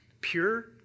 pure